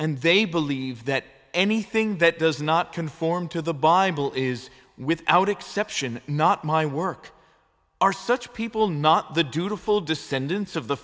and they believe that anything that does not conform to the bible is without exception not my work are such people not the dutiful descendants of the